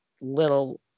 little